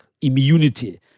immunity